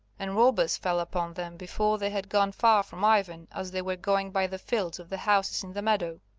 and robbers fell upon them before they had gone far from ivan as they were going by the fields of the houses in the meadow.